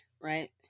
right